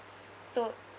so